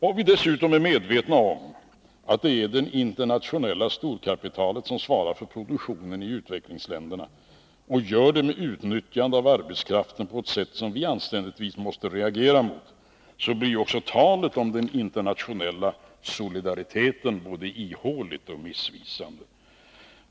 Om vi dessutom är medvetna om att det är det internationella storkapitalet som svarar för produktionen i utvecklingsländerna och gör det med utnyttjandet av arbetskraften på ett sätt som vi anständigtvis måste reagera mot, blir ju också talet om den internationella solidariteten både ihåligt och missvisande.